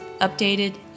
updated